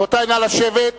רבותי, נא לשבת.